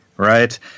Right